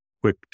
quick